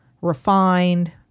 refined